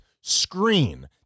screen